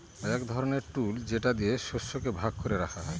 এক ধরনের টুল যেটা দিয়ে শস্যকে ভাগ করে রাখা হয়